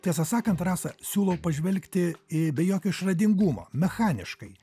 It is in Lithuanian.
tiesą sakant rasa siūlo pažvelgti į be jokio išradingumo mechaniškai